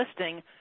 listing